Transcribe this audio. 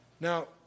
Now